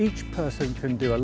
each person can do